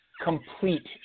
Complete